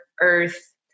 earth